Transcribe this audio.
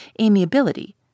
amiability